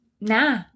Nah